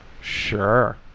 Sure